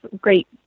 great